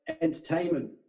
entertainment